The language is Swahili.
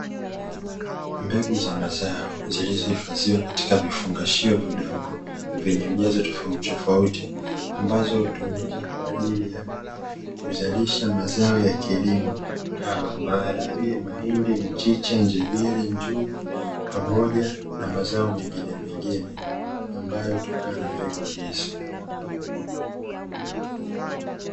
Mbegu za mazao zilizohifadhiwa katika vifungashio vidogo vyenye ujazo tofautitofauti, ambazo hutumika kwa ajili ya kuzalisha mazao ya kilimo kama: maharage, mahindi, mchicha, njegere, njugu, pamoja na mazao menginemengine, ambayo hutokana na mbegu hizo.